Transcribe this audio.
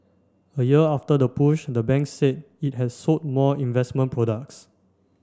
a year after the push the bank said it has sold more investment products